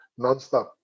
Nonstop